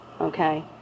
Okay